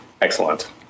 Excellent